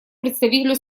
представителю